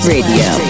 Radio